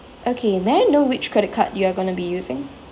okay may I know which credit card you are going to be using